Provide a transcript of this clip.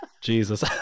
Jesus